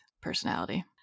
personality